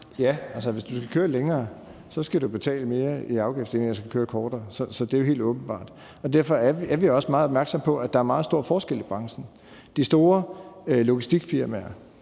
Ja, altså, hvis du skal køre længere, skal du betale mere i afgift, end hvis du skal køre kortere, så det er jo helt åbenbart. Derfor er vi også meget opmærksomme på, at der er meget store forskelle i branchen. De store logistikfirmaer,